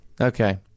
Okay